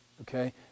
okay